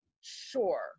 Sure